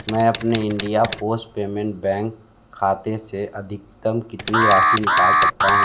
मैं अपने India Post Payment Bank खाते से अधिकतम कितनी राशि निकाल सकता हूँ